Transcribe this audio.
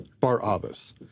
Barabbas